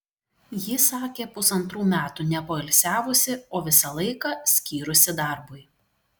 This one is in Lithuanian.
ji sakė pusantrų metų nepoilsiavusi o visą laiką skyrusi darbui